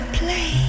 play